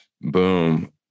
Boom